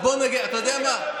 אתה יודע מה?